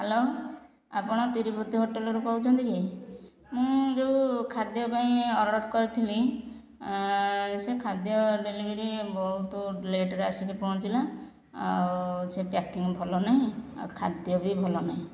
hello ଆପଣ ତିରୁପତି ହୋଟେଲରୁ କହୁଛନ୍ତି କି ମୁଁ ଯେଉଁ ଖାଦ୍ୟ ପାଇଁ ଅର୍ଡ଼ର କରିଥିଲି ସେ ଖାଦ୍ୟ ଡେଲିଭରି ବହୁତ ଲେଟ୍ ରେ ଆସିକି ପହଁଞ୍ଚିଲା ଆଉ ସେ ପ୍ୟାକିଂ ଭଲ ନାହିଁ ଆଉ ଖାଦ୍ୟ ବି ଭଲ ନାହିଁ